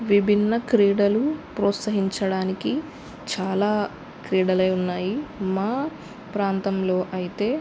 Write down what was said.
విభిన్న క్రీడలు ప్రోత్సహించడానికి చాలా క్రీడలే ఉన్నాయి మా ప్రాంతంలో అయితే